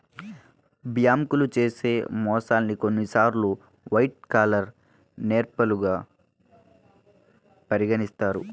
బ్యేంకులు చేసే మోసాల్ని కొన్నిసార్లు వైట్ కాలర్ నేరాలుగా పరిగణిత్తారు